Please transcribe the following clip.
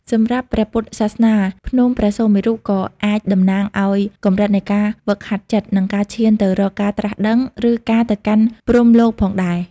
សម្រាប់ព្រះពុទ្ធសាសនា ភ្នំព្រះសុមេរុក៏អាចតំណាងឱ្យកម្រិតនៃការហ្វឹកហាត់ចិត្ត និងការឈានទៅរកការត្រាស់ដឹង ឬការទៅកាន់ព្រហ្មលោកផងដែរ។